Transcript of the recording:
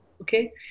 Okay